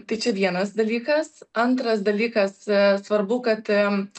tai čia vienas dalykas antras dalykas svarbu kad